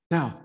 Now